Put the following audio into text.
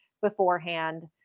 beforehand